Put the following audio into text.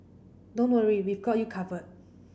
don't worry we've got you covered